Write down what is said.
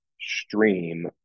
stream